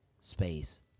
space